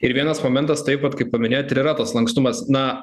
ir vienas momentas taip vat kaip paminėjot ir yra tas lankstumas na